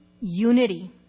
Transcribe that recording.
unity